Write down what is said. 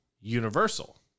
Universal